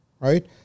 Right